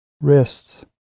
wrists